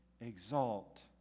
Exalt